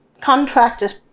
contractors